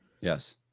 Yes